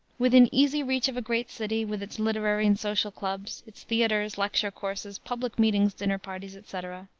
within easy reach of a great city, with its literary and social clubs, its theaters, lecture courses, public meetings, dinner parties, etc,